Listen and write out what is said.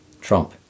Trump